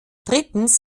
drittens